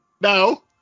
No